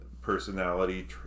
personality